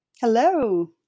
Hello